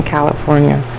California